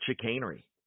chicanery